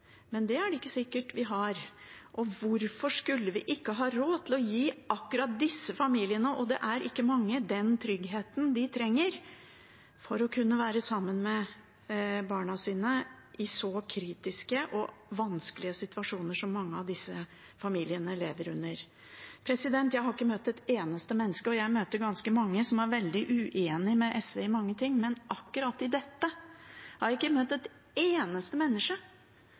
men det er det ikke sikkert vi har. Og hvorfor skulle vi ikke ha råd til å gi akkurat disse foreldrene – det er ikke mange – den tryggheten de trenger for å kunne være sammen med barna sine, i så kritiske og vanskelige situasjoner som mange av disse familiene lever under? Jeg har ikke møtt et eneste menneske – og jeg møter ganske mange som er veldig uenig med SV i mange ting – som ikke synes at vi skal ordne opp i dette